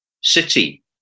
city